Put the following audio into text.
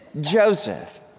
Joseph